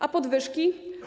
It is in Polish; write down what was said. A podwyżki?